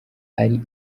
ari